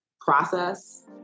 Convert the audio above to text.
process